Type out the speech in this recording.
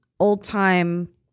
old-time